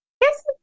Yes